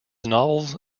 novels